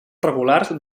regulars